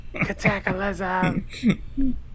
Cataclysm